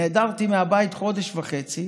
נעדרתי מהבית חודש וחצי,